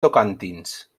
tocantins